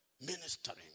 ministering